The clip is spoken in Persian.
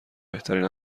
بهترین